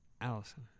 Allison